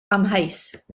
amheus